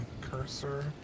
cursor